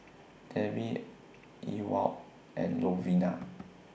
Debby Ewald and Lovina